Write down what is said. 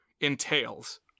entails